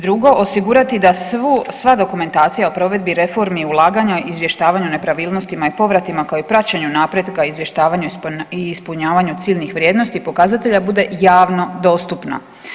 Drugo osigurati da sva dokumentacija o provedbi reformi, ulaganja, izvještavanju o nepravilnostima i povratima kao i praćenju napretka, izvještavanju i ispunjavanju ciljnih vrijednosti, pokazatelja bude javno dostupna.